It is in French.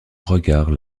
regards